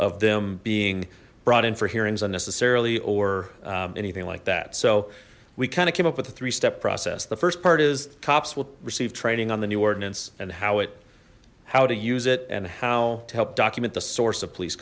of them being brought in for hearings unnecessarily or anything like that so we kind of came up with a three step process the first part is cops will receive training on the new ordinance and how it how to use it and how to help document the source of police